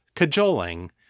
cajoling